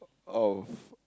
of